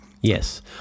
Yes